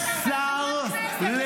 --- השר קרעי,